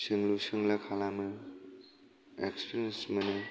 सोंलु सोंला खालामो एक्सपेरियेन्स मोनो